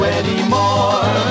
anymore